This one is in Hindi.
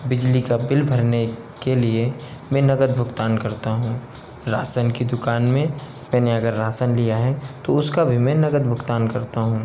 बिजली का बिल भरने के लिए मैं नगद भुगतान करता हँ राशन की दुकान में मैंने अगर राशन लिया है तो उसका भी मैं नगद भुगतान करता हूँ